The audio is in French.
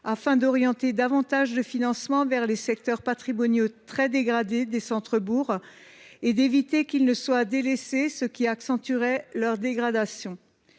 afin d’orienter davantage de financements vers les secteurs patrimoniaux très dégradés des centres bourgs et d’éviter que ceux ci ne soient délaissés, ce qui accentuerait leur dégradation.